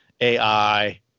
AI